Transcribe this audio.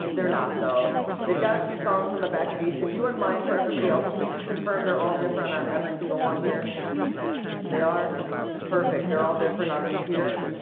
they're not though they've got a few songs in the back of each if you wouldn't mind for everybody else can you just confirm they're all different on every single one here they are perfect. they're all different on these here